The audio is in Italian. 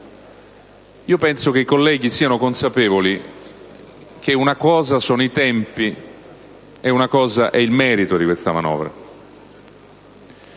penso che i colleghi siano consapevoli che una cosa sono i tempi e una cosa è il merito di questa manovra.